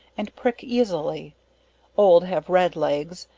and prick easily old have red legs,